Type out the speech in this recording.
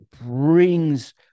brings